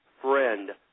friend